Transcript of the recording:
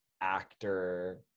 actor